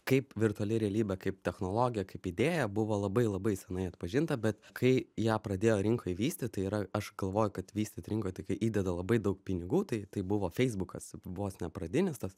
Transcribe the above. kaip virtuali realybė kaip technologija kaip idėja buvo labai labai senai atpažinta bet kai ją pradėjo rinkoj vystyt tai yra aš galvoju kad vystyt rinkoj tai kai įdeda labai daug pinigų tai tai buvo feisbukas vos ne pradinis tas